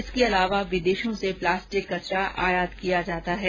इसके अलावा विदेशों से प्लास्टिक कचरा आयात किया जाता है